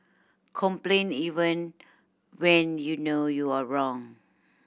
complain even when you know you are wrong